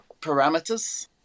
parameters